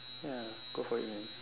ya go for it man